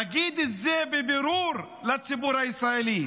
תגיד את זה בבירור לציבור הישראלי.